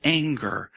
anger